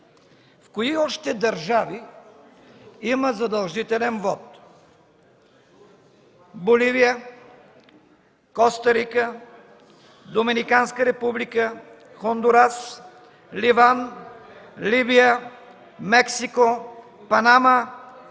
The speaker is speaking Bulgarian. в кои още държави има задължителен вот? Боливия, Коста Рика, Доминиканска република, Хондурас, Ливан, Либия, Мексико, Панама,